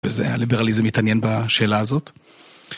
וזה, הליברליזם מתעניין בשאלה הזאת.